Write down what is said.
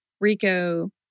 Rico